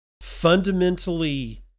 fundamentally